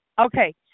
Okay